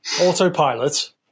autopilot